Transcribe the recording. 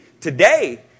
today